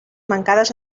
mancades